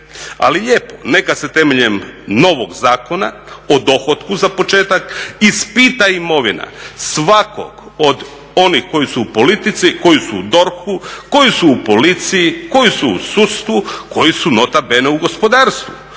Ali lijepo, neka se temeljem novog Zakona o dohotku za početak ispita imovina svakog od onih koji su u politici, koji su u DORH-u, koji su u policiji, koji su u sudstvu, koji su nota bene u gospodarstvu.